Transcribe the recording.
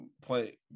play